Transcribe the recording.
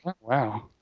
Wow